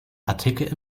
artikel